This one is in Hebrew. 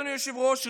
אדוני היושב-ראש,